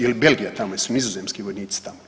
Je li Belgija tamo, jesu Nizozemski vojnici tamo.